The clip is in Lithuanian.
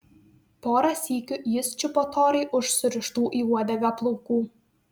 porą sykių jis čiupo torai už surištų į uodegą plaukų